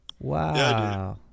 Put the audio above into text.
wow